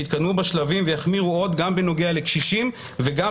שיתקדמו בשלבים ויחמירו עוד גם בנוגע לקשישים וגם